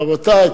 רבותי,